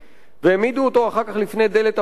והעמידו אותו לפני דלת המחסן,